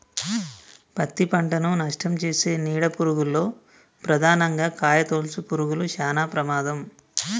పత్తి పంటను నష్టంచేసే నీడ పురుగుల్లో ప్రధానంగా కాయతొలుచు పురుగులు శానా ప్రమాదం